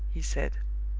he said.